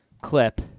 clip